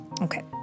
okay